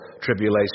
tribulation